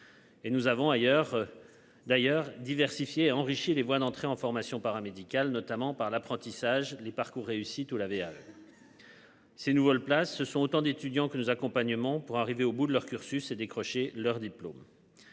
Et nous avons ailleurs. D'ailleurs diversifiées enrichi les voies d'entrée en formation paramédicale notamment par l'apprentissage les parcours réussi tout lavé. Ces nouvelles places, ce sont autant d'étudiants que nous accompagnement pour arriver au bout de leur cursus et décrocher leur diplôme.